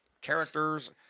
characters